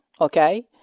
okay